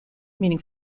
meaning